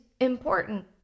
important